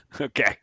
Okay